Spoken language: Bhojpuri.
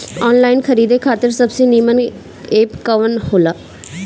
आनलाइन खरीदे खातिर सबसे नीमन एप कवन हो ला?